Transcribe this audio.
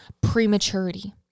prematurity